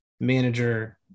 manager